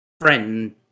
friend